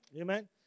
amen